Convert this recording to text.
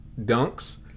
Dunks